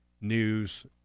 news